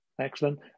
excellent